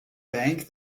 bank